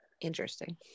Interesting